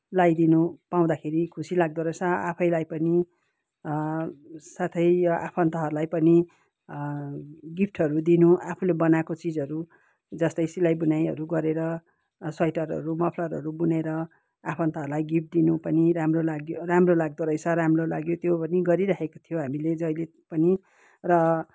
लाइदिनु पाउँदाखेरि खुसी लाग्दोरहेछ आफैलाई पनि साथै आफन्तहरूलाई पनि गिफ्टहरू दिनु आफूले बनाएको चिजहरू जस्तै सिलाइ बुनाइहरू गरेर स्वेटरहरू मफ्लरहरू बुनेर आफन्तहरूलाई गिफ्ट दिनु पनि राम्रो लाग्यो राम्रो लाग्दोरहेछ राम्रो लाग्यो त्यो पनि गरिराखेको थियो हामीले जहिले पनि र